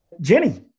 jenny